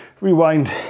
rewind